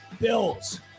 Bills